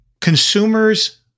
consumers